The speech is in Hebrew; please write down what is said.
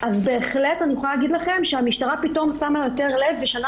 אני יכולה להגיד לכם שהמשטרה יותר שמה לב ובשנה